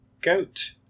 goat